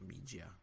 media